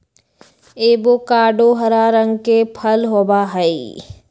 avocado हरा रंग के फल होबा हई